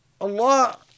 Allah